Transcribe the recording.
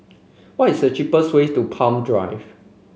what is the cheapest way to Palm Drive